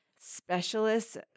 specialists